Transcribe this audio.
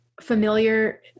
familiar